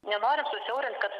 nenoriu susiaurint kad